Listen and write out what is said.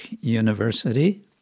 University